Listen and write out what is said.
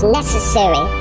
necessary